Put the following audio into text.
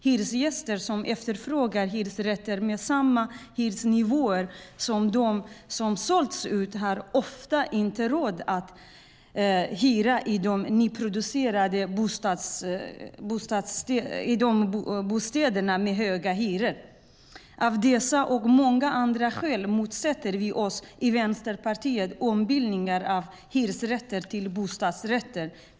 Hyresgäster som efterfrågar hyresrätter med samma hyresnivåer som de som sålts ut har ofta inte råd att hyra de nyproducerade bostäderna med höga hyror. Av dessa och många andra skäl motsätter vi oss i Vänsterpartiet ombildningar av hyresrätter till bostadsrätter.